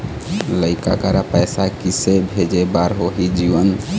लइका करा पैसा किसे भेजे बार होही जीवन